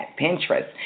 Pinterest